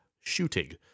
shooting